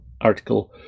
article